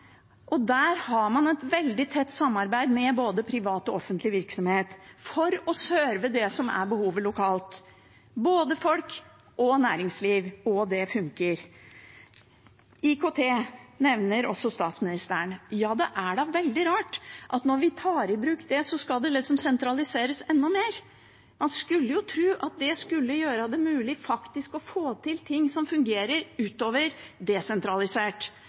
og der har man et veldig tett samarbeid med både privat og offentlig virksomhet for å «serve» det som er behovet lokalt, både folk og næringsliv, og det funker. IKT nevnes også av statsministeren. Det er da veldig rart at når vi tar i bruk det, skal det sentraliseres enda mer. Man skulle jo tro at det skulle gjøre det mulig faktisk å få til ting som fungerer utover, desentralisert.